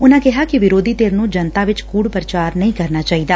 ਉਨਾਂ ਕਿਹਾ ਕਿ ਵਿਰੋਧੀ ਧਿਰ ਨੂੰ ਜਨਤਾ ਵਿਚ ਕੁੜ ਪ੍ਰਚਾਰ ਨਹੀਂ ਕਰਨਾ ਚਾਹੀਦਾ